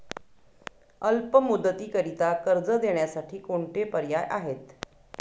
अल्प मुदतीकरीता कर्ज देण्यासाठी कोणते पर्याय आहेत?